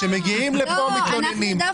כשאנחנו כאן, אתם מתלוננים.